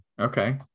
Okay